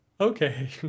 okay